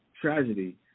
tragedy